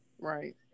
Right